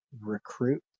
recruit